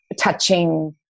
touching